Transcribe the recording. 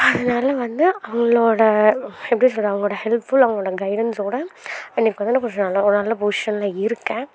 அதனால் வந்து அவங்களோட எப்படி சொல்லுறது அவங்களோட ஹெல்ப்ஃபுல் அவங்களோட கைடன்ஸோட இன்றைக்கு கொஞ்சம் நான் நல்ல நல்ல பொசிஷனில் இருக்கேன்